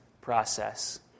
process